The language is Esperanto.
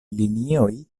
linioj